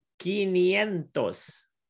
quinientos